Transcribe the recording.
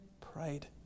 pride